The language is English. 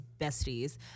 besties